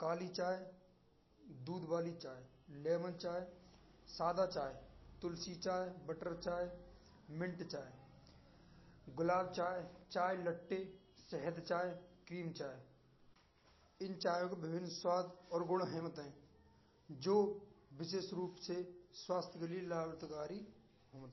काली चाय, दूध वाली चाय, लेमन चाय, सादा चाय। तुलसी चाय, बटर चाय, मिंट चाय, गुलाब चाय, चाय लट्टे, सहद चाय, क्रीम चाय। इन चायों के विभिन्न स्वाद और गंध हुएत हैं। जो विशेष रूप से स्वस्थ के लिए लाभदायक होत हैं।